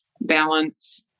balance